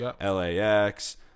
LAX